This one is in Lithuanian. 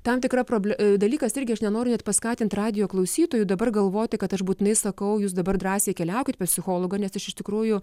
tam tikra proble dalykas irgi aš nenoriu net paskatint radijo klausytojų dabar galvoti kad aš būtinai sakau jūs dabar drąsiai keliaukit pas psichologą nes aš iš tikrųjų